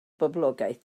boblogaeth